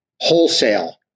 wholesale